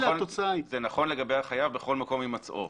זה נכון לגבי החייב בכל מקום הימצאו.